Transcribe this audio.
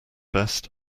best